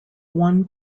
won